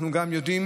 אנחנו גם יודעים